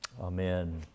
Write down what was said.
Amen